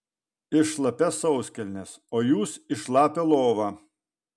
į šlapias sauskelnes o jūs į šlapią lovą